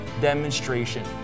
demonstration